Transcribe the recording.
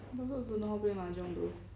I don't know how play mahjong though